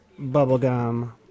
bubblegum